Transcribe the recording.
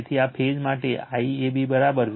તેથી આ ફેઝ માટે IAB VabZ ∆ છે